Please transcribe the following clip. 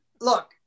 look